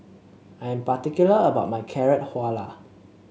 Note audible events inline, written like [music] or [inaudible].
I'm particular about my Carrot Halwa [unintelligible]